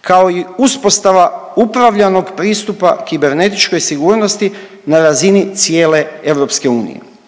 kao i uspostava upravljanog pristupa kibernetičkoj sigurnosti na razini cijele EU